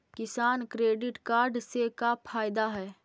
किसान credit card से का फायदा है?